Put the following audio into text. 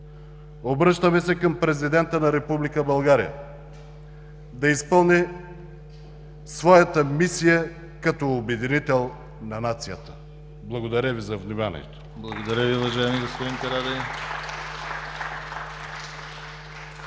Обръщаме се към президента на Република България да изпълни своята мисия като обединител на нацията. Благодаря Ви за вниманието. (Ръкопляскания от ДПС.)